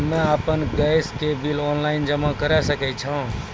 हम्मे आपन गैस के बिल ऑनलाइन जमा करै सकै छौ?